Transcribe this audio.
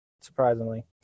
surprisingly